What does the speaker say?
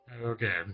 Okay